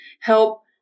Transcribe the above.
help